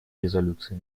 резолюции